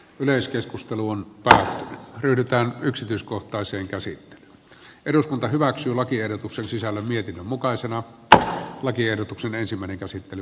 yleiskeskusteluun ja ryhdytään yksityiskohtaisen käsi tekee eduskunta hyväksyi lakiehdotuksen sisällön hyväksytään nyt se jäätelönkin verotuksen kiristäminen